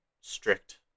strict